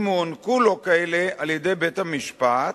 אם הוענקו לו כאלה על-ידי בית-המשפט.